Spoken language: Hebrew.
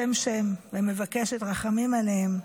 שם-שם, ומבקשת רחמים עליהם.